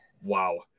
wow